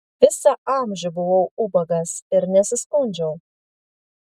visą amžių buvau ubagas ir nesiskundžiau